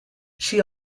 she